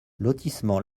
lotissement